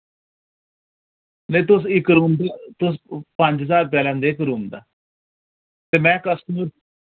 वे तुस इक रूम दा तुस पंज ज्हार रपेया लैंदे इक रूम दा ते में कस्टमर